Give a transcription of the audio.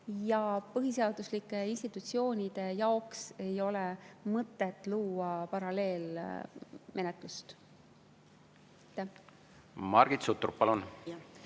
Põhiseaduslike institutsioonide jaoks ei ole mõtet luua paralleelmenetlust. Margit Sutrop,